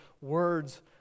words